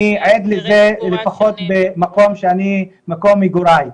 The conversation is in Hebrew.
אני עד לזה לפחות במקום מגוריי.